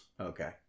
Okay